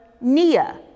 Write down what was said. Nia